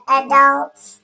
adults